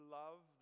love